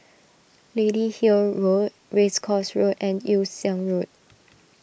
Lady Hill Road Race Course Road and Yew Siang Road